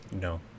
No